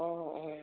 অঁ অঁ